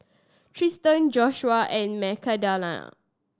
Tristen Joshua and Magdalena